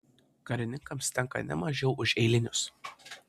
karininkams tenka ne mažiau už eilinius